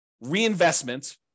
reinvestment